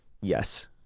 Yes